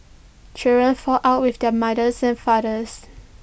children fall out with their mothers and fathers